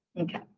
Okay